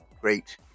great